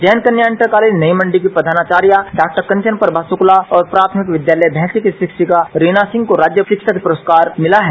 Jain Kanya inter college Nai Mandi की प्रधानाचार्या Dr Kanchan Prabha Shukla और प्राथमिक विद्यालय भैसी की शिक्षिका रीना सिंह को राज्य शिक्षक पुरस्कार मिला है